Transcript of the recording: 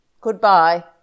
Goodbye